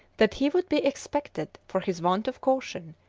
that he would be expected, for his want of caution,